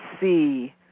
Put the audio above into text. see